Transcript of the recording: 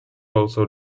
also